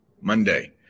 Monday